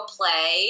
play